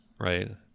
right